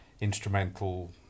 instrumental